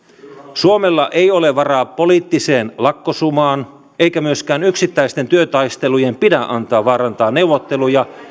suomella ei ole varaa poliittiseen lakkosumaan eikä myöskään yksittäisten työtaistelujen pidä antaa vaarantaa neuvotteluja